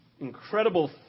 incredible